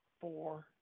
four